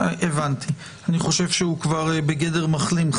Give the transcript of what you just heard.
אני חושב שהוא כבר בגדר מחלים,